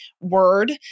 word